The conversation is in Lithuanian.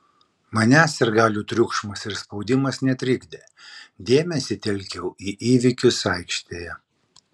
manęs sirgalių triukšmas ir spaudimas netrikdė dėmesį telkiau į įvykius aikštėje